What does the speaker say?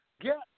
Get